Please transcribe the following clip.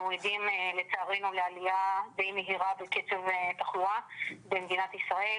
אנחנו עדים לצערנו לעלייה די מהירה בקצב התחלואה במדינת ישראל.